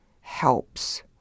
helps